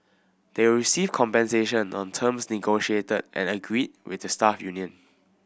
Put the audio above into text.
they will receive compensation on terms negotiated and agreed with the staff union